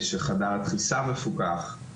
שיש חדר דחיסה מפוקח.